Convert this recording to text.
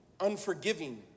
unforgiving